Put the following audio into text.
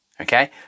okay